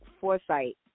foresight